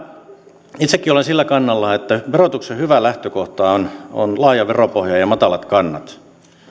voimallisesti puolustan itsekin olen sillä kannalla että verotuksen hyvä lähtökohta on on laaja veropohja ja ja matalat kannat